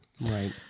Right